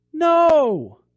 No